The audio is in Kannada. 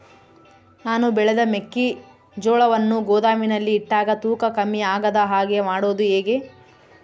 ನಾನು ಬೆಳೆದ ಮೆಕ್ಕಿಜೋಳವನ್ನು ಗೋದಾಮಿನಲ್ಲಿ ಇಟ್ಟಾಗ ತೂಕ ಕಮ್ಮಿ ಆಗದ ಹಾಗೆ ಮಾಡೋದು ಹೇಗೆ?